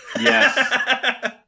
Yes